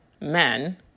men